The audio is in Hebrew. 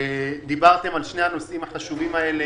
דיברת על שני הנושאים החשובים האלה